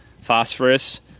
phosphorus